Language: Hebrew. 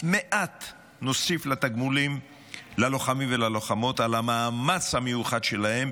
נוסיף מעט לתגמול ללוחמים וללוחמות על המאמץ המיוחד שלהם,